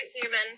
human